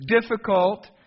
difficult